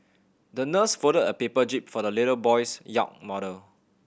the nurse folded a paper jib for the little boy's yacht model